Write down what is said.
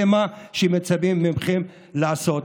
זה מה שמצפים מכם לעשות.